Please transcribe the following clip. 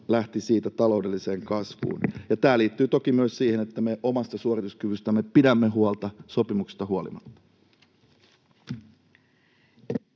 lähti siitä taloudelliseen kasvuun. Ja tämä liittyy toki myös siihen, että me omasta suorituskyvystämme pidämme huolta sopimuksesta huolimatta.